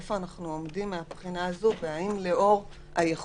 צריך לראות איפה אנחנו עומדים בעניין הזה והאם יש יכולת